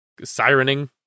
sirening